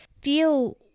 feel